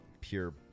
pure